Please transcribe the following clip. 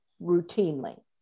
routinely